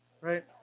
right